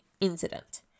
incident